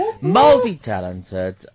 multi-talented